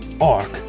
arc